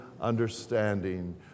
understanding